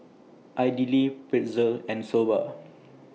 Idili Pretzel and Soba